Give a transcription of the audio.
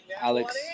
Alex